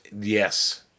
yes